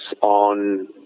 on